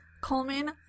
Coleman